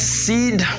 seed